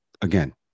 again